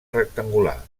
rectangular